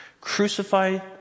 crucified